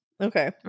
Okay